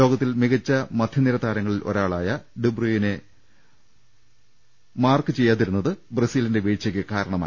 ലോകത്തിൽ മികച്ച മധ്യനിര താരങ്ങളിൽ ഒരാളായ ഡിബ്രൂയിനെ മാർക്ക് ചെയ്യാതിരുന്നത് ബ്രസീലിന്റെ വീഴ്ചക്ക് കാര ണമായി